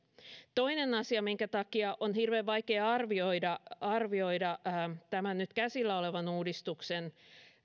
toinen asia minkä takia on hirveän vaikea arvioida arvioida tämän nyt käsillä olevan uudistuksen